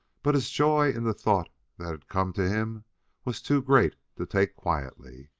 but his joy in the thought that had come to him was too great to take quietly.